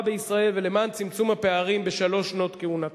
בישראל ולמען צמצום הפערים בשלוש שנות כהונתה,